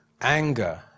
anger